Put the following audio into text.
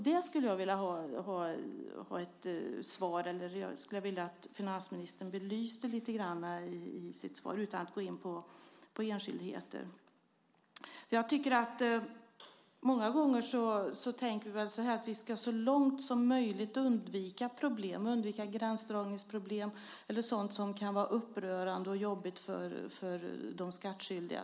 Jag skulle vilja att finansministern lite grann belyste det i sitt nästa svar här, utan att för den skull gå in på enskildheter. Många gånger tänker vi väl att vi så långt som möjligt ska undvika problem, att vi ska undvika gränsdragningsproblem eller sådant som kan vara upprörande och jobbigt för de skattskyldiga.